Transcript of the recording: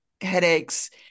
headaches